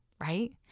right